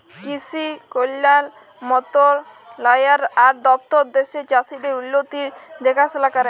কিসি কল্যাল মলতরালায় আর দপ্তর দ্যাশের চাষীদের উল্লতির দেখাশোলা ক্যরে